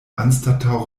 anstataŭ